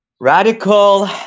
radical